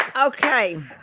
Okay